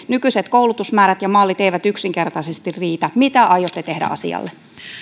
nykyiset koulutusmäärät ja mallit eivät yksinkertaisesti riitä mitä aiotte tehdä asialle